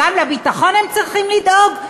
גם לביטחון הן צריכות לדאוג?